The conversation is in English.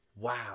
wow